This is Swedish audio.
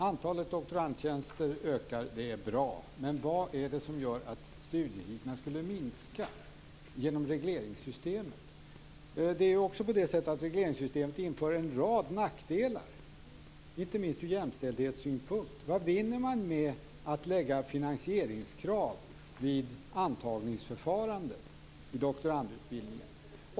Antalet doktorandtjänster ökar. Det är bra. Men vad är det som gör att studietiderna skulle minska genom regleringssystemet? Det är också på det sättet att regleringssystemet medför en rad nackdelar, inte minst ur jämställdhetssynpunkt. Vad vinner man med att lägga finansieringskrav vid antagningsförfarandet i doktorandutbildningen?